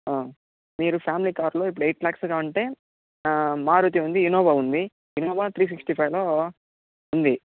మీరు ఫ్యామిలీ కార్లో ఇప్పుడు ఎయిట్ ల్యాక్స్లో అంటే మారుతి ఉంది ఇన్నోవా ఉంది ఇన్నోవా త్రీ సిక్స్టీ ఫైవ్లో ఉంది